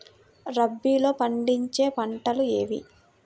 రబీలో పండించే పంటలు ఏవి?